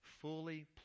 fully